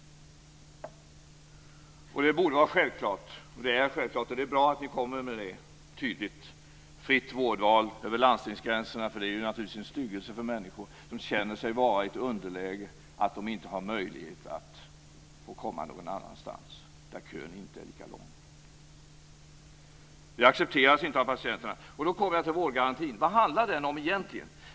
Det borde vara självklart, och det är självklart. Det är bra att ni säger det tydligt. Det skall finnas ett fritt vårdval över landstingsgränserna, för det är naturligtvis en styggelse för människor som känner sig vara i ett underläge att de inte har möjlighet att få komma någon annanstans där kön inte är lika lång. Det accepteras inte av patienterna. Då kommer jag till vårdgarantin. Vad handlar den om egentligen?